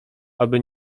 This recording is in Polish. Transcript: aby